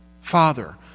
Father